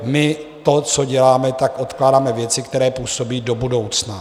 My to, co děláme, odkládáme věci, které působí do budoucna.